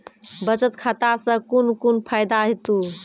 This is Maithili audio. बचत खाता सऽ कून कून फायदा हेतु?